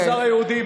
במגזר היהודי,